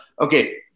Okay